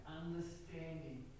understanding